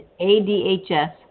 ADHS